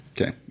Okay